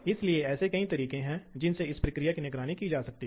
तो यह एक सीएनसी मशीन की सामान्य संरचना है